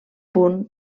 punt